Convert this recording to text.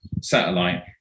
satellite